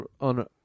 on